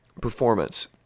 performance